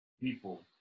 people